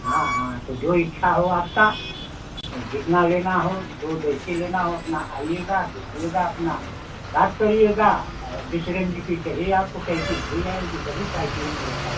हाँ हाँ तो जो इच्छा हो आपकी जितना लेना हो जो जैसी लेना हो अपना आइगा देखिएगा अपना बात करिएगा जिस रेंज की चाहिए आपको साइकिल मिल जाएगी सभी साइकिलें मेरे पास है